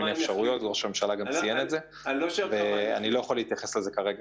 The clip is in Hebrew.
ראש הממשלה גם ציין את זה ואני לא יכול להתייחס לזה כרגע.